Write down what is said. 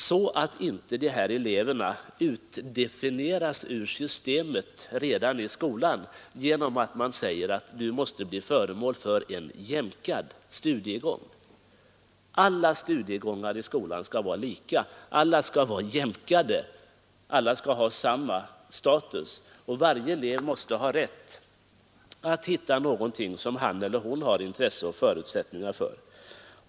Då behöver inte de här eleverna utdestilleras ur systemet redan i grundskolan. Alla studiegångar i skolan skall vara lika, alla skall vara jämkade, alla skall ha samma status och varje elev skall ha rätt att hitta någonting som han eller hon har intresse eller förutsättningar för.